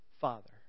father